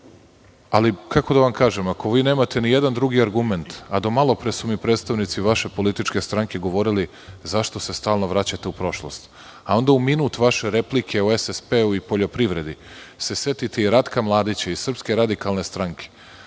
dogodilo, ali ako vi nemate ni jedan drugi argument, a do malopre su mi predstavnici vaše političke stranke govorili – zašto se stalno vraćate u prošlost, a onda u minut vaše replike o SSP i poljoprivredi, se setiti Ratka Mladića i SRS, onda,